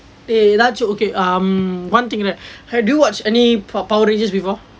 eh ஏதாவது:aethaavathu okay mm one thing that have you watch any power rangers before